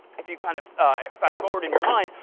if you kind of fast forward in your mind,